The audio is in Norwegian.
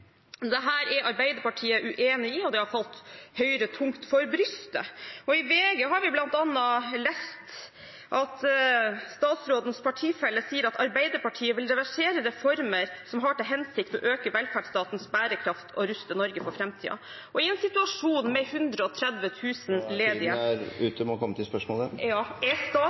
er Arbeiderpartiet uenig i, og det har falt Høyre tungt for brystet. I VG har vi bl.a. lest at statsrådens partifelle sier at «Arbeiderpartiet vil reversere reformer som har til hensikt å øke velferdsstatens bærekraft og ruste Norge for fremtiden». I en situasjon med 130 000 ledige – Tiden er ute. Du må komme til spørsmålet. Ja. Er